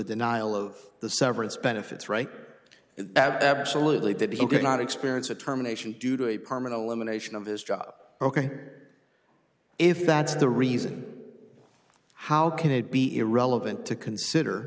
denial of the severance benefits right that absolutely did not experience or terminations due to a permanent elimination of his job ok if that's the reason how can it be irrelevant to consider